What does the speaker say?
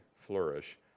flourish